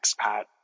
expat